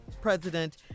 president